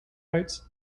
rights